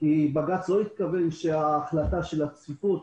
כי בג"ץ לא התכוון שההחלטה של הצפיפות